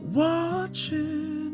watching